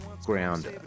ground